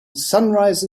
sunrise